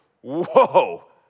whoa